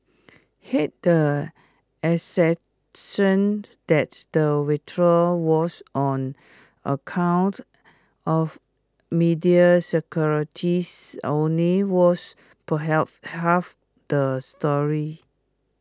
hence the assertion that the withdrawal was on account of media securities only was perhaps half the story